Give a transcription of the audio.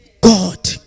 God